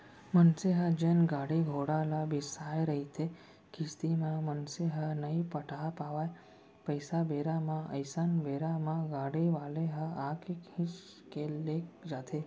मनसे ह जेन गाड़ी घोड़ा ल बिसाय रहिथे किस्ती म मनसे ह नइ पटा पावय पइसा बेरा म अइसन बेरा म गाड़ी वाले ह आके खींच के लेग जाथे